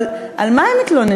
אבל על מה הם מתלוננים?